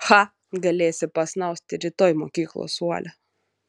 cha galėsi pasnausti rytoj mokyklos suole